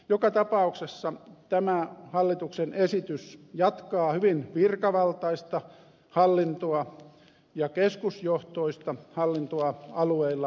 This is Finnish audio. joka tapauksessa tämä hallituksen esitys jatkaa hyvin virkavaltaista hallintoa ja keskusjohtoista hallintoa alueilla maakunnissa